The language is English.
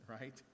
right